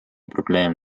probleem